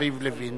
יריב לוין.